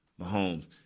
Mahomes